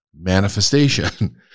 manifestation